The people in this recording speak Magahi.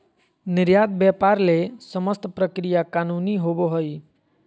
निर्यात व्यापार ले समस्त प्रक्रिया कानूनी होबो हइ